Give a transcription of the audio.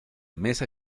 mesa